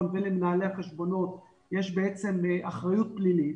ולמנהלי החשבונות יש אחריות פלילית